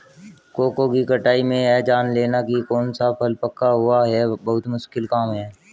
cocoa की कटाई में यह जान लेना की कौन सा फल पका हुआ है बहुत मुश्किल काम है